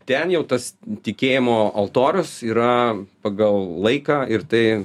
ten jau tas tikėjimo altorius yra pagal laiką ir tai